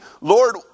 Lord